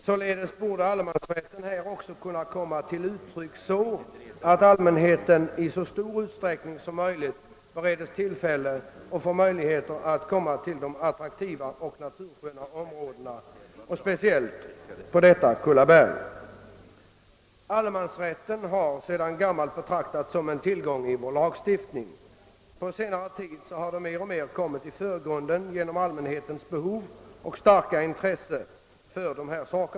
Således borde allemansrätten här också komma till uttryck på så sätt att allmänheten i så stor utsträckning som möjligt beredes tillfälle att komma till de attraktiva och natursköna områdena, speciellt på detta Kullaberg. Allemansrätten har sedan gammalt betraktats som en tillgång i vår lagstiftning. På senare tid har den mer och mer kommit i förgrunden genom allmänhe tens behov och starka intresse för dessa saker.